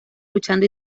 luchando